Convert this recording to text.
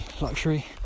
luxury